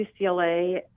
ucla